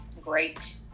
great